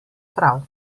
prav